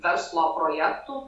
verslo projektų